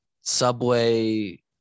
subway